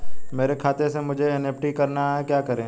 मेरे खाते से मुझे एन.ई.एफ.टी करना है क्या करें?